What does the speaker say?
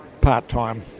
part-time